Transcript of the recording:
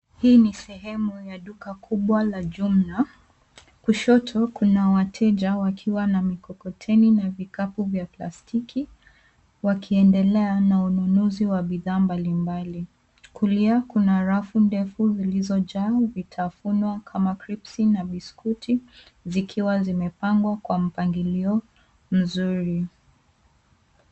Hii ni sehemu ya duka kubwa la jumla . Kushoto kuna wateja wakiwa na mikokoteni na vikapu vya plastiki wakiendelea na manunuzi mbalimbali. Kulia kuna rafu ndefu zilizojaa vitafunwa kama kripsi na biskuti zikiwa zimepangwa kwa mpangilio mzuri .